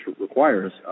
requires